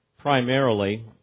primarily